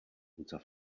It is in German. unser